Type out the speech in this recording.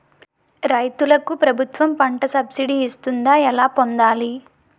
రైతులకు ప్రభుత్వం పంట సబ్సిడీ ఇస్తుందా? ఎలా పొందాలి?